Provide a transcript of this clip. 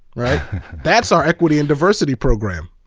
that's our equity and diversity program.